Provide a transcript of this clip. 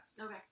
Okay